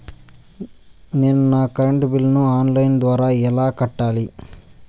నేను నా కరెంటు బిల్లును ఆన్ లైను ద్వారా ఎలా కట్టాలి?